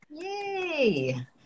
Yay